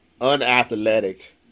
unathletic